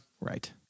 Right